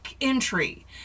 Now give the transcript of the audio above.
entry